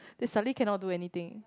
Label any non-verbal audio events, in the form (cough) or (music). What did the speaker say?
(breath) then suddenly cannot do anything